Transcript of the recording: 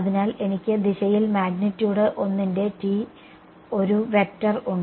അതിനാൽ എനിക്ക് ദിശയിൽ മാഗ്നിറ്റ്യൂഡ് ഒന്നിന്റെ ഒരു വെക്റ്റർ ഉണ്ട്